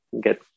get